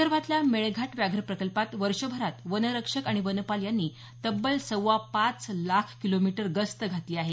विदर्भातल्या मेळघाट व्याघ्र प्रकल्पात वर्षभरात वनरक्षक आणि वनपाल यांनी तब्बल सव्वा पाच लाख किलोमीटर गस्त घातली आहे